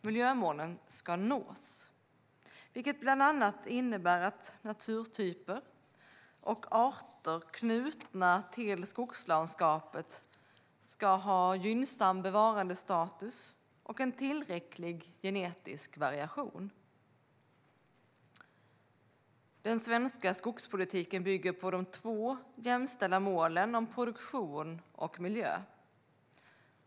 Miljömålen ska nås, vilket bland annat innebär att naturtyper och arter knutna till skogslandskapet ska ha gynnsam bevarandestatus och en tillräcklig genetisk variation. Den svenska skogspolitiken bygger på de två jämställda målen om produktion och miljö.